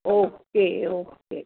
okay okay